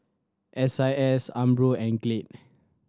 S I S Umbro and Glade